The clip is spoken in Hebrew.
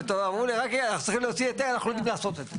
הם אמרו אנחנו צריכים להוציא היתר אנחנו לא יודעים איך לעשות את זה.